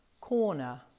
corner